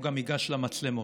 הוא גם ניגש למצלמות,